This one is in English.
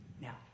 Now